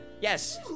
yes